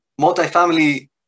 multifamily